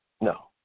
No